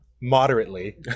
Moderately